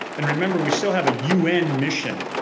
and remember we still have a un mission